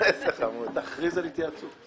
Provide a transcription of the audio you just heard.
תכריז על התייעצות.